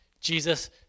Jesus